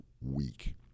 weak